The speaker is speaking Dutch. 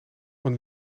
een